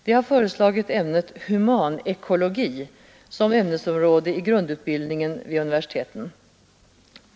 Man har föreslagit humanekologi som ämnesområde i grundutbildningen vid universiteten.